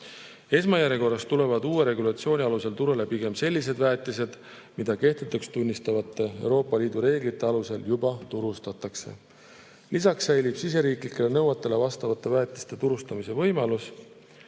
Esmajärjekorras tulevad uue regulatsiooni alusel turule pigem sellised väetised, mida kehtetuks tunnistatavate Euroopa Liidu reeglite alusel juba turustatakse. Lisaks säilib siseriiklikele nõuetele vastavate väetiste turustamise võimalus.